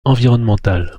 environnementale